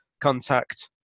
contact